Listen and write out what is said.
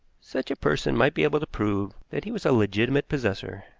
such a person might be able to prove that he was a legitimate possessor.